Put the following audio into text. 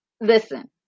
listen